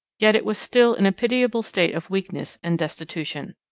yet it was still in a pitiable state of weakness and destitution.